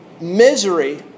misery